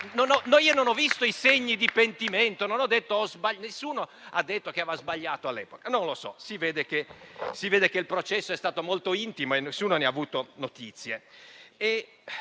Non ho visto segni di pentimento, nessuno ha detto che aveva sbagliato all'epoca. Non lo so, si vede che il processo è stato molto intimo e nessuno ne ha avuto notizia.